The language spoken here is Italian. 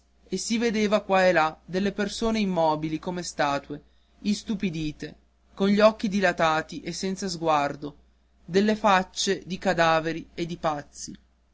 e si vedevan qua e là delle persone immobili come statue istupidite con gli occhi dilatati e senza sguardo delle facce di cadaveri e di pazzi